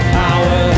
power